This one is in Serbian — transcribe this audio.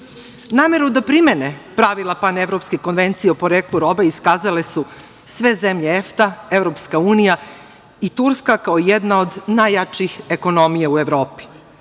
da primene pravila Panevropske Konvencije o poreklu roba iskazale su sve zemlje EFTA, EU i Turska, kao jedna od najjačih ekonomija u Evropi. Iste